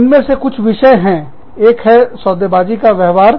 इनमें कुछ विषय हैं एक है सौदेबाजी का व्यवहार